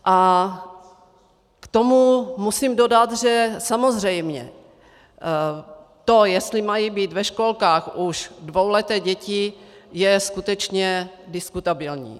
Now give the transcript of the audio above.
K tomu musím dodat, že samozřejmě to, jestli mají být ve školkách už dvouleté děti, je skutečně diskutabilní.